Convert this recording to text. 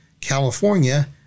California